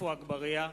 עפו אגבאריה,